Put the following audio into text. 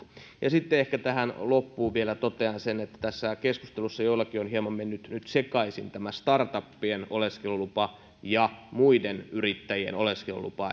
ja sitten ehkä tähän loppuun vielä totean sen että tässä keskustelussa joillakin on hieman mennyt nyt sekaisin startupien oleskelulupa ja muiden yrittäjien oleskelulupa niin